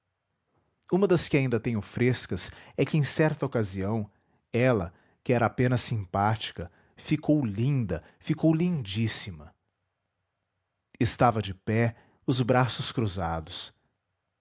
uma das que ainda tenho frescas é que em certa ocasião ela que era apenas simpática ficou linda ficou lindíssima estava de pé os braços cruzados